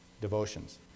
Devotions